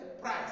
price